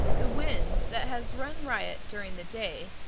the wind, that has run riot during the day,